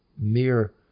mere